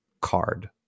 card